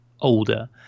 older